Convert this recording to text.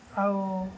ଆଉ